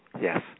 Yes